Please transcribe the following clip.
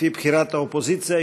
לפי בחירת האופוזיציה,